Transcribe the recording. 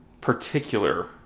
particular